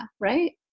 right